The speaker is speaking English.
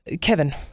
Kevin